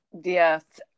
Yes